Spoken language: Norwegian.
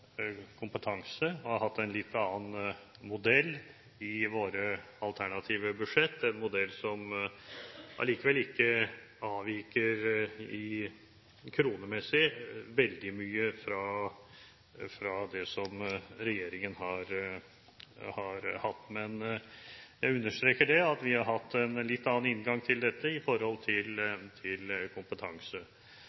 kompetanse og har hatt en litt annen modell i våre alternative budsjetter – en modell som allikevel ikke kronemessig avviker veldig mye fra den som regjeringen har hatt. Men jeg understreker at vi har hatt en litt annen inngang til dette